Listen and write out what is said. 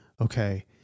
okay